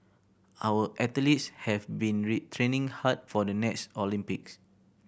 our athletes have been training hard for the next Olympics